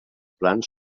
plans